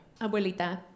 Abuelita